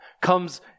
comes